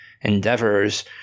endeavors